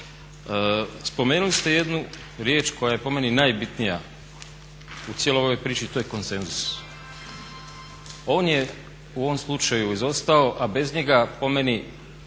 Spomenuli ste jednu riječ koja je po meni najbitnija u cijeloj ovoj priči to je konsenzus. On je u ovom slučaju izostao a bez njega po meni,